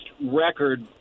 record